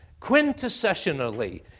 quintessentially